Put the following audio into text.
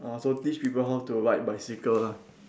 orh so teach people how to ride bicycle lah